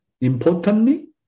Importantly